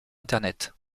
internet